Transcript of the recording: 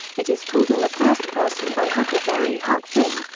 it is told in the first person by huckleberry huck finn,